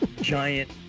giant